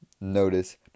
notice